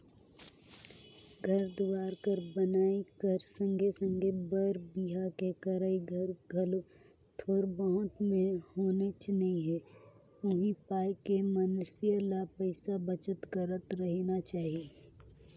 घर दुवार कर बनई कर संघे संघे बर बिहा के करई हर घलो थोर बहुत में होनेच नी हे उहीं पाय के मइनसे ल पइसा बचत करत रहिना चाही